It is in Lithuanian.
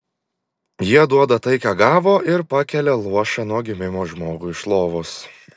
jie duoda tai ką gavo ir pakelia luošą nuo gimimo žmogų iš lovos